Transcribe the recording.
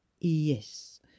yes